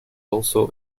also